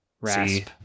rasp